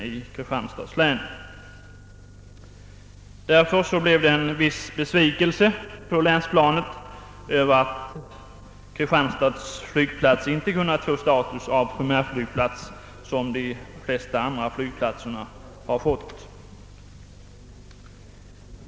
Därför har det uppstått viss besvikelse på länsplanet över att Kristianstads flygplats inte kunnat få status av primärflygplats som de flesta andra flygplatser.